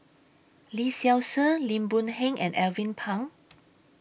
Lee Seow Ser Lim Boon Heng and Alvin Pang